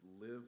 live